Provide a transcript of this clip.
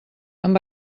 amb